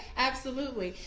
absolutely.